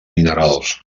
minerals